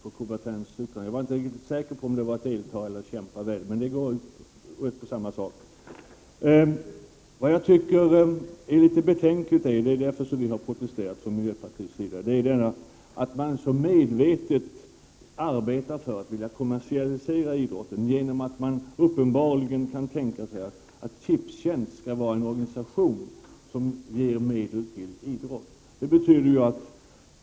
Herr talman! Jag är glad att mitt citat av Coubertin korrigerades. Jag var inte riktigt säker på om det skulle vara ”delta” eller ”kämpa väl” — men det är samma sak. Vi har protesterat från miljöpartiets sida därför att det är beklagligt att man så medvetet arbetar för att kommersialisera idrotten, när man uppenbarligen kan tänka sig att Tipstjänst skall vara en organisation som ger medel till idrott.